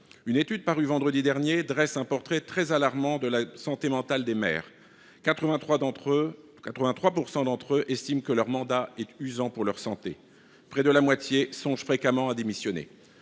Une étude parue vendredi dernier dresse un portrait très alarmant de la santé mentale des maires : 83 % d’entre eux estiment que leur mandat est usant pour leur santé, et près de la moitié songe fréquemment à démissionner.